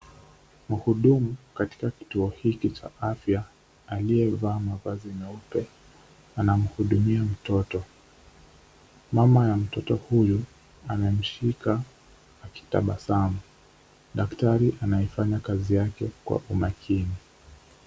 Mhudumu katika kituo hiki cha afya, aliyevaa mavazi meupe, anamuhudumia mtoto. Mama na mtoto huyu amemshika akitabasamu. Daktari anaifanya kazi yake kwa umakini.